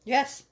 Yes